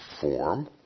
form